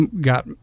got